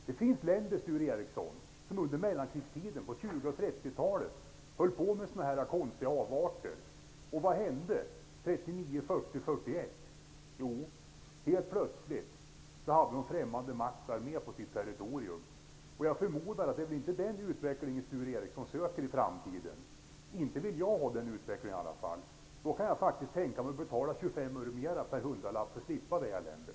Det finns länder, Sture Ericson, som under mellankrigstiden på 20 och 30-talet höll på med sådana här konstiga avarter. Vad hände åren 1939, 1940 och 1941? Helt plötsligt hade de främmande makts armé på sitt territorium. Jag förmodar att det inte är den utveckling som Sture Ericson söker i framtiden. Inte vill i alla fall jag ha en sådan utveckling. Jag kan tänka mig att betala 25 öre mer per hundralapp för att slippa det eländet.